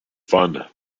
fun